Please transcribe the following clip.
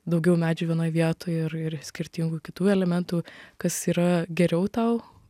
daugiau medžių vienoj vietoj ir ir skirtingų kitų elementų kas yra geriau tau